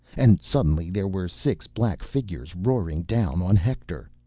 and suddenly there were six black figured roaring down on hector!